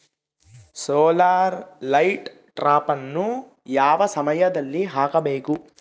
Solar light ಟ್ರಾಪನ್ನು ಯಾವ ಸಮಯದಲ್ಲಿ ಹಾಕಬೇಕು?